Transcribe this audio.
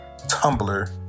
Tumblr